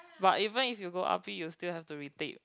but even if you go R_P you still have to retake